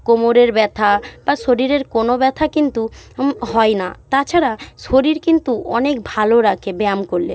কোমরের ব্যথা বা শরীরের কোনো ব্যথা কিন্তু হয় না তাছাড়া শরীর কিন্তু অনেক ভালো রাখে ব্যায়াম কোল্লে